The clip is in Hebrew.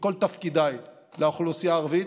בכל תפקידיי לאוכלוסייה הערבית,